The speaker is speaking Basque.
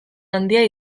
handia